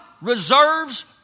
reserves